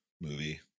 movie